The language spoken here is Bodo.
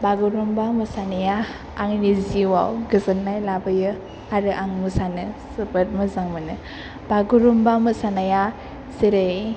बागुरुमबा मोसानाया आंनि जिउआव गोजोननाय लाबोयो आरो आं मोसानो जोबोद मोजां मोनो बागुरुमबा मोसानाया जेरै